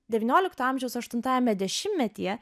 devyniolikto amžiaus aštuntajame dešimtmetyje